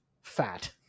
fat